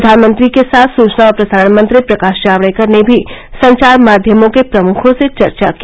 प्रधानमंत्री के साथ सूचना और प्रसारण मंत्री प्रकाश जावड़ेकर ने भी संचार माध्यमों के प्रमुखों से चर्चा की